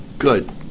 Good